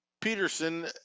Peterson